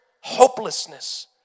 hopelessness